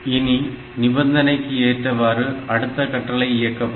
இனி நிபந்தனைக்கு ஏற்றவாறு அடுத்த கட்டளை இயக்கப்படும்